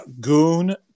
Goon